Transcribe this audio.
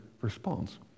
response